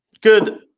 good